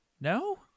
No